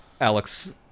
Alex